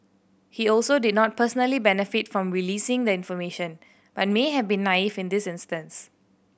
he also did not personally benefit from releasing the information but may have been naive in this instance